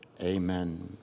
Amen